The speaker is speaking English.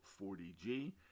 40g